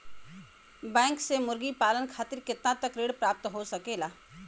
Bank से मुर्गी पालन खातिर कितना तक ऋण प्राप्त हो सकेला?